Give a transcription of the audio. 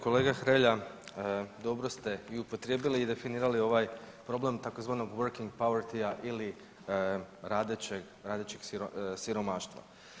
Kolega Hrelja, dobro ste i upotrijebili i definirali ovaj problem tzv. working povetyja ili radećeg siromaštva.